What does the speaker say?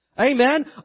Amen